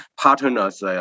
partners